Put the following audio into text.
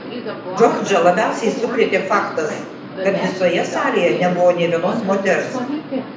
džordžą labiausiai sukrėtė faktas kad visoje salėje nebuvo nė vienos moters